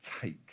take